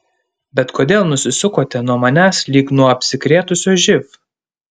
bet kodėl nusisukote nuo manęs lyg nuo apsikrėtusio živ